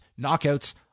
knockouts